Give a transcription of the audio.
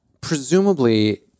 Presumably